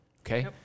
Okay